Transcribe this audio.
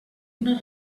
una